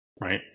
Right